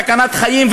סכנת חיים,